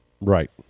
Right